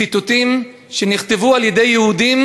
ציטוטים שנכתבו על-ידי יהודים